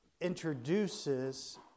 introduces